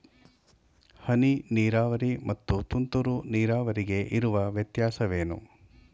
ಹನಿ ನೀರಾವರಿ ಮತ್ತು ತುಂತುರು ನೀರಾವರಿಗೆ ಇರುವ ವ್ಯತ್ಯಾಸವೇನು?